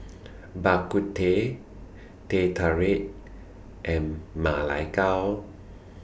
Bak Kut Teh Teh Tarik and Ma Lai Gao